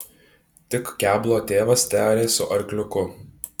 tik keblo tėvas tearė su arkliuku